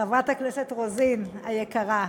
חברת הכנסת רוזין היקרה,